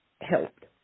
helped